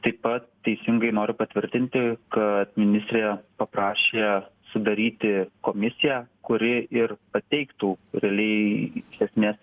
taip pat teisingai noriu patvirtinti kad ministrė paprašė sudaryti komisiją kuri ir pateiktų realiai iš esmė